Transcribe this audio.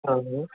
हँ हँ